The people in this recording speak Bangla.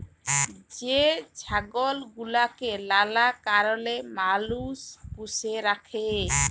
যে ছাগল গুলাকে লালা কারলে মালুষ পষ্য রাখে